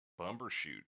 Bumbershoot